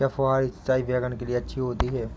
क्या फुहारी सिंचाई बैगन के लिए अच्छी होती है?